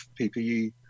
PPE